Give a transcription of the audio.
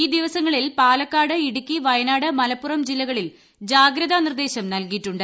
ഈ ദിവസങ്ങളിൽ പാലക്കാട് ഇടുക്കി വയനാട് മലപ്പുറം ജില്ലകളിൽ ജാഗ്രതാ നിർദ്ദേശം ന്തർകിയിട്ടുണ്ട്